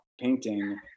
painting